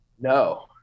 no